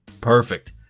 Perfect